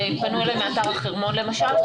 ופנו אליי מאתר החרמון למשל,